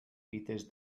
fites